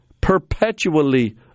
perpetually